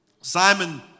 Simon